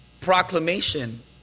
proclamation